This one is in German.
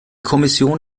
kommission